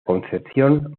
concepción